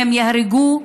והן יהרגו,